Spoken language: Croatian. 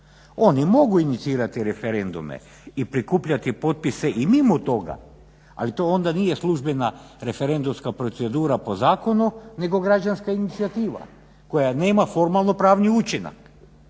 Oni mogu inicirati referendume i prikupljati potpise i mimo toga, ali to onda nije službena referendumska procedura po zakonu nego građanska inicijativa koja nema formalno-pravni učinak.